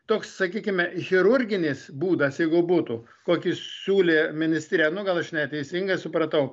toks sakykime chirurginis būdas jeigu būtų kokį siūlė ministerija nu gal aš neteisingai supratau